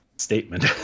statement